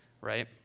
right